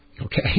Okay